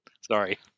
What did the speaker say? Sorry